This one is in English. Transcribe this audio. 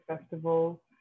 Festival